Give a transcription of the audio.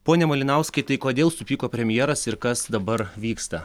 pone malinauskai tai kodėl supyko premjeras ir kas dabar vyksta